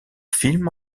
film